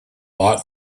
lot